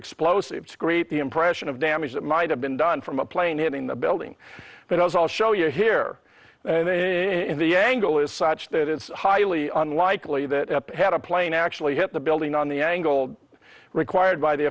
explosives to create the impression of damage that might have been done from a plane hitting the building but i'll show you here the angle is such that it's highly unlikely that had a plane actually hit the building on the angle required by the